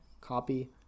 copy